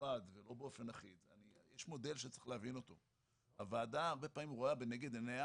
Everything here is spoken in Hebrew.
במידע שבמערכת המידע.